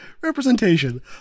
representation